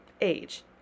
age